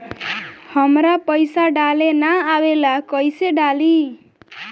हमरा पईसा डाले ना आवेला कइसे डाली?